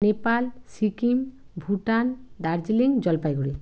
Nepal Sikkim Bhutan Darjeeling Jalpaiguri